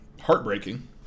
Heartbreaking